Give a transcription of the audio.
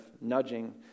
nudging